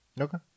Okay